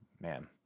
man